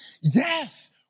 Yes